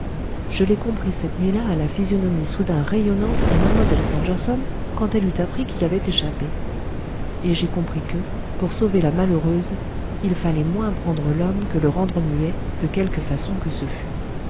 je l'ai compris cette nuit-là à la physionomie soudain rayonnante de mlle stangerson quand elle eut appris qu'il avait échappé et j'ai compris que pour sauver la malheureuse il fallait moins prendre l'homme que le rendre muet de quelque façon que ce fût